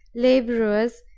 laborers,